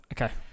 okay